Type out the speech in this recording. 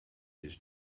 his